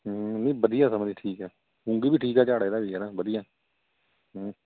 ਹੂੰ ਨਹੀਂ ਵਧੀਆ ਸਮਾ ਕਿ ਠੀਕ ਆ ਮੂੰਗੀ ਵੀ ਠੀਕ ਆ ਝਾੜ ਇਹਦਾ ਵੀ ਯਾਰ ਵਧੀਆ ਹੂੰ